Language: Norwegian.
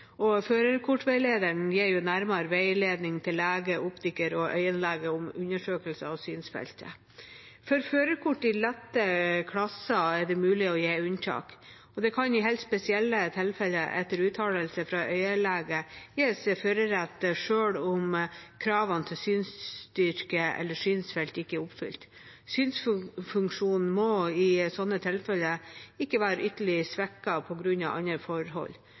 for førerkort i lette klasser, og førerkortveilederen gir nærmere veiledning til lege, optiker og øyelege om undersøkelse av synsfeltet. For førerkort i lette klasser er det mulig å gi unntak, og det kan i helt spesielle tilfeller, etter uttalelse fra øyelege, gis førerrett selv om kravene til synsstyrke eller synsfelt ikke er oppfylt. Synsfunksjonen må i sånne tilfeller ikke være ytterligere svekket på grunn av andre forhold.